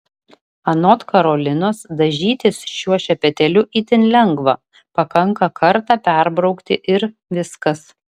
anot karolinos dažytis šiuo šepetėliu itin lengva pakanka kartą perbraukti ir viskas